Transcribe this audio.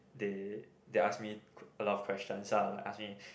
they they asked me a lot of questions lah like ask me